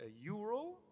euro